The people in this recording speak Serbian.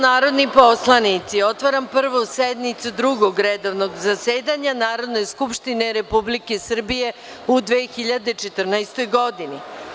narodni poslanici, otvaram Prvu sednicu Drugog redovnog zasedanja Narodne skupštine Republike Srbije u 2014. godini.